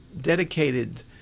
dedicated